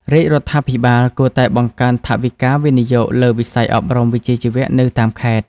រាជរដ្ឋាភិបាលគួរតែបង្កើនថវិកាវិនិយោគលើវិស័យអប់រំវិជ្ជាជីវៈនៅតាមខេត្ត។